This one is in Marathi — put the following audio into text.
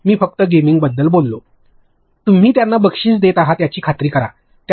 मी फक्त गेमिंगबद्दल बोललो तुम्ही त्यांना बक्षीस देत आहात याची खात्री करा Refer Time 0747